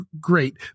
great